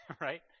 right